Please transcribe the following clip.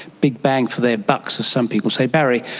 big bang for their bucks as some people say? barry,